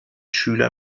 schüler